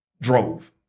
drove